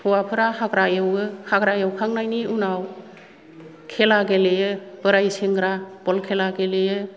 हौवाफोरा हाग्रा एवो हाग्रा एवखांनायनि उनाव खेला गेलेयो बोराइ सेंग्रा बल खेला गेलेयो